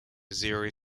missouri